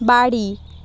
বাড়ি